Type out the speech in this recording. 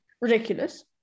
ridiculous